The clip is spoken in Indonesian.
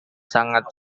sangat